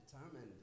determined